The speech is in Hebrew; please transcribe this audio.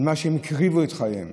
על מה הם הקריבו את חייהם?